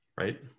Right